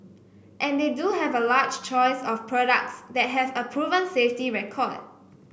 and they do have a large choice of products that have a proven safety record